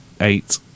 Eight